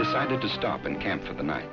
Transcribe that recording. decided to stop and camp for the night